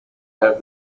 have